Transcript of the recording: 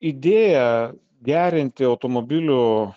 idėja gerinti automobilių